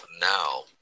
now